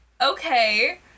okay